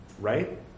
Right